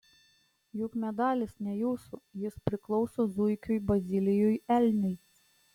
juk medalis ne jūsų jis priklauso zuikiui bazilijui elniui